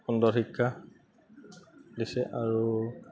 সুন্দৰ শিক্ষা দিছে আৰু